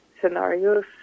scenarios